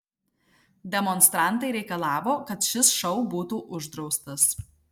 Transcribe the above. demonstrantai reikalavo kad šis šou būtų uždraustas